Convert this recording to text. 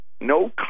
No